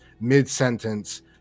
mid-sentence